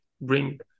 bring